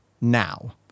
now